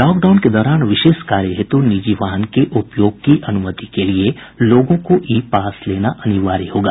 lockdown के दौरान विशेष कार्य हेतु निजी वाहन के उपयोग की अनुमति के लिए लोगों को ई पास लेना अनिवार्य होगा